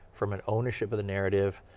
from an ownership of the narrative,